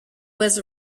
was